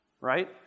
right